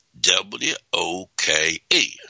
W-O-K-E